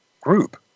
group